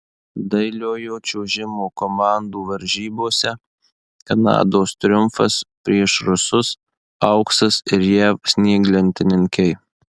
dailiojo čiuožimo komandų varžybose kanados triumfas prieš rusus auksas ir jav snieglentininkei